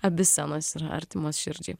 abi scenos yra artimos širdžiai